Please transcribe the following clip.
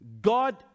god